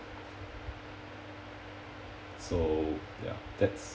so ya that's